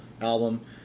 album